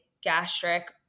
gastric